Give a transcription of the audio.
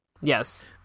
Yes